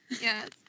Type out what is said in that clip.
Yes